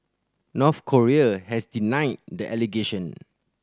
North Korea has denied the allegation